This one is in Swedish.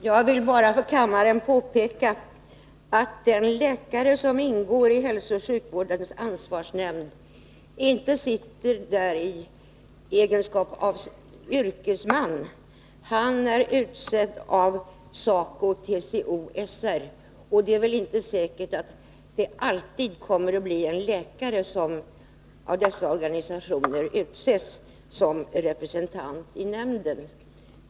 Herr talman! Jag vill bara påpeka för kammaren att den läkare som ingår i hälsooch sjukvårdens ansvarsnämnd inte sitter där i egenskap av yrkesman. Han är utsedd av SACO/SR, och det är väl inte säkert att det alltid kommer att vara en läkare som den organisationen utser som representant i nämnden.